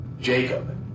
Jacob